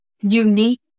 unique